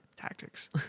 tactics